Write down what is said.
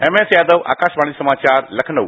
MS Yadav Akashvani समाचार लखनऊ